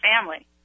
family